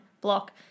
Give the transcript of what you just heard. block